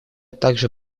также